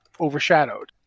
overshadowed